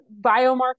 biomarkers